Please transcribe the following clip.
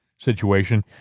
Situation